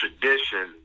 tradition